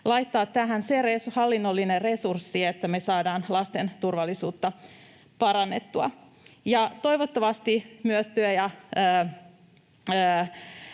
laittaa tähän sellainen hallinnollinen resurssi, että me saadaan lasten turvallisuutta parannettua. Toivottavasti työ- ja